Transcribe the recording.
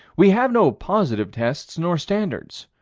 we have no positive tests nor standards.